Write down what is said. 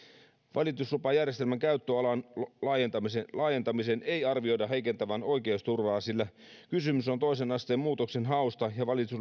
valituslupajärjestelmän käyttöalan laajentamisen laajentamisen ei arvioida heikentävän oikeusturvaa sillä kysymys on toisen asteen muutoksenhausta